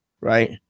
right